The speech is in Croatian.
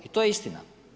I to je istina.